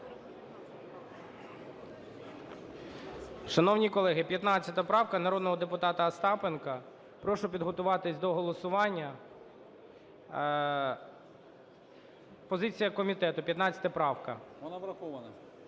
Шановні колеги, 15 правка, народного депутата Остапенка. Прошу підготуватися до голосування. Позиція комітету, 15 правка. 10:47:54